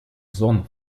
зон